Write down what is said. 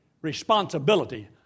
responsibility